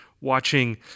watching